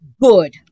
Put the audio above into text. good